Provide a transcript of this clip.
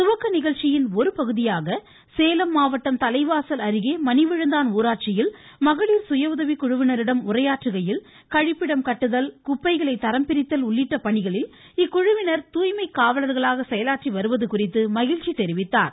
துவக்க நிகழ்ச்சியின் ஒருபகுதியாக சேலம் மாவட்டம் தலைவாசல் அருகே மணிவிழுந்தான் ஊராட்சியில் மகளிர் சுயஉதவிக் குழுவினரிடம் உரையாற்றுகையில் கழிப்பிடம் கட்டுதல் குப்பைகளை தரம் பிரித்தல் உள்ளிட்ட பணிகளில் இக்குழுவினர் தூய்மைக் காவலர்களாக செயலாற்றி வருவது குறித்து மகிழ்ச்சி தெரிவித்தார்